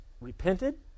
repented